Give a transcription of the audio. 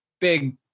big